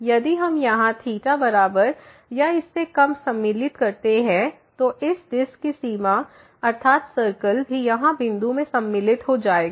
यदि हम यहाँ बराबर या इससे कम सम्मिलित करते हैं तो इस डिस्क की सीमा अर्थात् सर्कल भी यहाँ बिंदु में सम्मिलित हो जाएगा